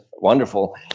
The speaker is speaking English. wonderful